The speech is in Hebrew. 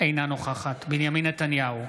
אינה נוכחת בנימין נתניהו,